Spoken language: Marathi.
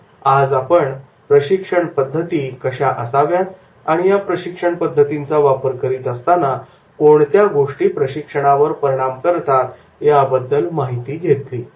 तर आज आपण प्रशिक्षणपद्धती कशा असाव्यात आणि या प्रशिक्षणपद्धतींचा वापर करीत असताना कोणत्या गोष्टी प्रशिक्षणावर परिणाम करतात याबद्दल माहिती घेतली